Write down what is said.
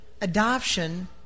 adoption